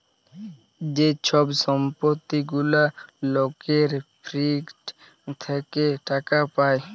যে ছব সম্পত্তি গুলা লকের ফিক্সড থ্যাকে টাকা পায়